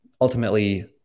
ultimately